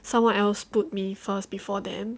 someone else put me first before them